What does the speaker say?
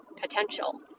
potential